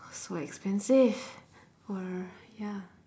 so expensive for ya